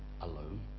alone